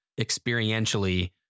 experientially